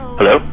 Hello